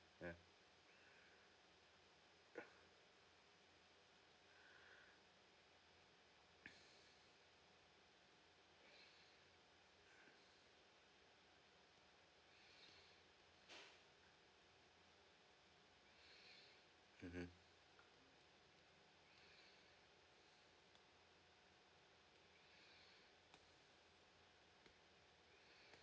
yeah mmhmm